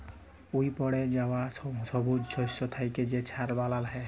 উইপড়ে যাউয়া ছবুজ শস্য থ্যাইকে যে ছার বালাল হ্যয়